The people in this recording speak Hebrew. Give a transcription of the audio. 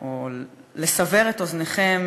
או לסבר את אוזנכם,